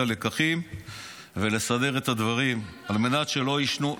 הלקחים ולסדר את הדברים על מנת שלא יישנו.